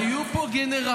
היו פה גנרלים.